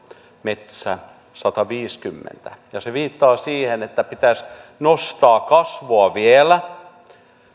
metsä sataviisikymmentä ja se viittaa siihen että pitäisi nostaa kasvua vielä